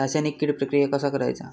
रासायनिक कीड प्रक्रिया कसा करायचा?